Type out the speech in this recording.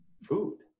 food